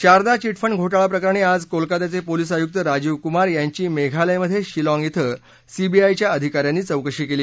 Sharda chit fund घोटाळा प्रकरणी आज कोलकात्याचे पोलिस आयुक्त राजीव कुमार यांची मेघालयमध्ये शिलाँग इथं सीबीआयच्या अधिकाऱ्यांनी चौकशी केली